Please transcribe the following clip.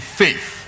faith